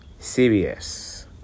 CBS